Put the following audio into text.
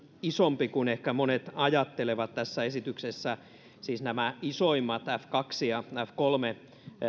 isompi kuin ehkä monet ajattelevat tässä esityksessä siis nämä isoimmat f kaksi ja f kolme